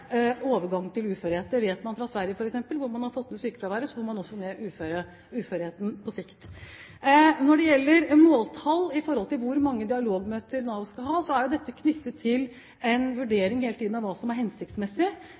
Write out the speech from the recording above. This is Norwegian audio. overgang til uførhet. Det vet man f.eks. fra Sverige. Der man har fått ned sykefraværet, får man også ned uførheten på sikt. Når det gjelder måltall med hensyn til hvor mange dialogmøter Nav skal ha, er dette hele tiden knyttet til en vurdering av hva som er hensiktsmessig.